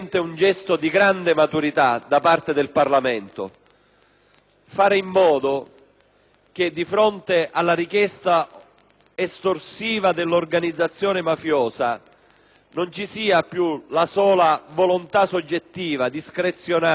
fare in modo che di fronte alla richiesta estorsiva dell'organizzazione mafiosa non ci sia più la sola volontà soggettiva, discrezionale e per molti versi fragile degli imprenditori